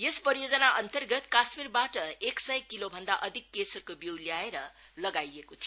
यस परियोजना अन्तर्गत काश्मिरबाट एक सय किलोभन्दा अधिक केसरको गाँठा ल्याएर लगाइएको थियो